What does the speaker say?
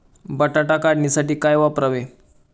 बटाटा काढणीसाठी काय वापरावे?